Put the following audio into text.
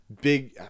big